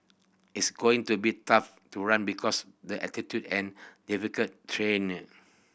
it's going to be tough to run because the altitude and difficult terrain